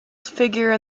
figure